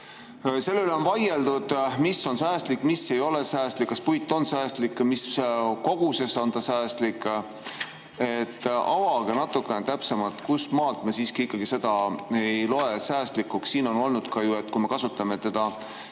selle üle vaieldud, mis on säästlik, mis ei ole säästlik, kas puit on säästlik ja mis koguses ta on säästlik. Avage natuke täpsemalt, kustmaalt me siiski seda ei loe säästlikuks. Siin on olnud ka juttu, et kui me kasutame teda